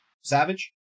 Savage